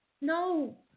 No